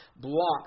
block